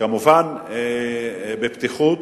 כמובן בפתיחות.